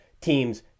teams